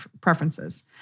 preferences